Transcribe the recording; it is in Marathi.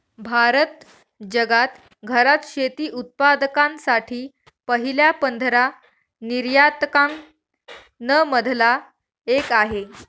भारत जगात घरात शेती उत्पादकांसाठी पहिल्या पंधरा निर्यातकां न मधला एक आहे